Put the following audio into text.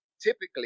typically